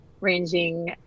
ranging